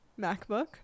macbook